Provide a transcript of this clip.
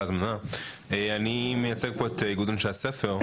אני מייצג את איגוד אנשי הספר,